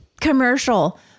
commercial